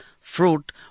fruit